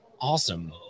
Awesome